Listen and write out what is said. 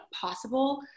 possible